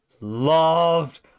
Loved